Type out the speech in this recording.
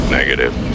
negative